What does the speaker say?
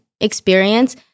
experience